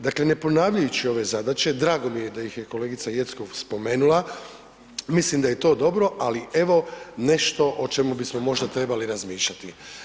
Dakle, ne ponavljajući ove zadaće, drago mi je da ih je kolegica Jeckov spomenula, mislim da je to dobro, ali evo nešto o čemu bismo možda trebali razmišljati.